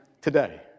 today